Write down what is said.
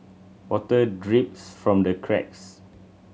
water drips from the cracks